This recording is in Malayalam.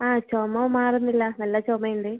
ആ ചുമ മാറുന്നില്ല നല്ല ചുമ ഉണ്ട്